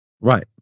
Right